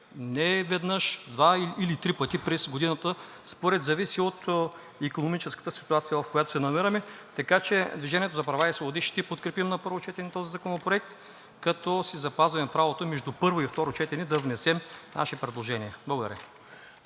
не веднъж – два или три пъти през годината, според икономическата ситуация, в която се намираме. Така че от „Движение за права и свободи“ ще подкрепим на първо четене този законопроект, като си запазваме правото между първо и второ четене да внесем наши предложения. Благодаря.